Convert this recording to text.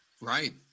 Right